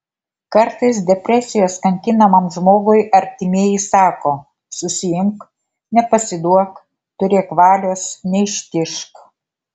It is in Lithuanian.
kartais depresijos kankinamam žmogui artimieji sako susiimk nepasiduok turėk valios neištižk